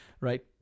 right